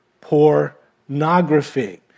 pornography